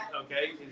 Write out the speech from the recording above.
okay